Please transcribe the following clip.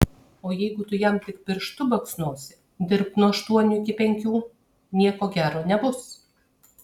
o jeigu tu jam tik pirštu baksnosi dirbk nuo aštuonių iki penkių nieko gero nebus